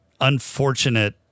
unfortunate